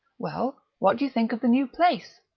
well, what do you think of the new place?